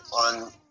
on